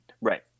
Right